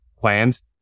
plans